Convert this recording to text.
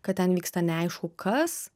kad ten vyksta neaišku kas